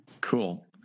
cool